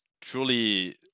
truly